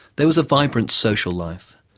there was a vibrant social life.